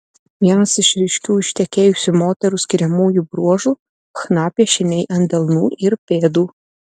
vienas iš ryškių ištekėjusių moterų skiriamųjų bruožų chna piešiniai ant delnų ir pėdų